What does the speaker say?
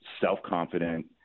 self-confident